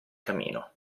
camino